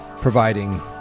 providing